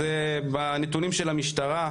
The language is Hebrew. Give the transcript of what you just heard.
אז בנתונים של המשטרה,